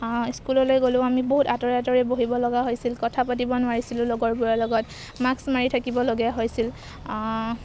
স্কুললৈ গ'লেও আমি বহুত আঁতৰে আঁতৰে বহিব লগা হৈছিল কথা পাতিব নোৱাৰিছিলোঁ লগৰবোৰৰ লগত মাক্স মাৰি থাকিবলগীয়া হৈছিল